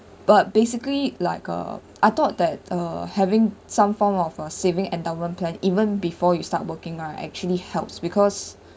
but basically like uh I thought that uh having some form of a saving endowment plan even before you start working right actually helps because